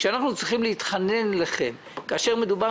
כשאנחנו צריכים להתחנן אליכם כאשר מדובר